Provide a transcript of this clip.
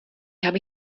habe